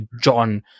John